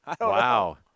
Wow